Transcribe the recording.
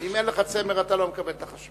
אם אין לך צמר, אתה לא מקבל את החשמל.